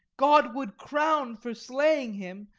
god would crown for slaying him,